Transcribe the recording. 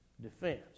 defense